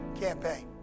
campaign